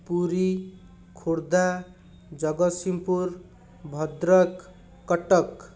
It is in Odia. ପୁରୀ ଖୋର୍ଦ୍ଧା ଜଗତସିଂପୁର ଭଦ୍ରକ କଟକ